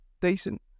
decent